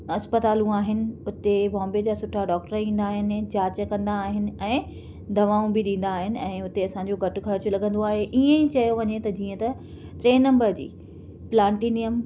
अस्पतालूं आहिनि उते बाम्बे जा सुठा डॉक्टर ईंदा आहिनि जांच कंदा आहिनि ऐं दवाऊं बि ॾींदा आहिनि ऐं उते असां जो घटि ख़र्चु लॻंदो आहे इअंई चयो वञे त जीअं त टे नम्बर जी प्लांटिनियम